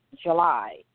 July